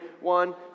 One